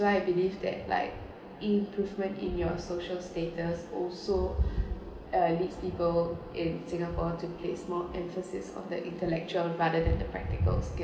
I believe that like improvement in your social status also uh leads people in singapore to place more emphasis of the intellectual rather than the practical